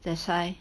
that's why